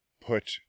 put